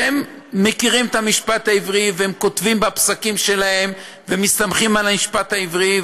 שמכירים את המשפט העברי וכותבים בפסקים שלהם ומסתמכים על המשפט העברי,